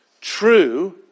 true